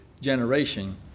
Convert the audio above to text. generation